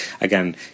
again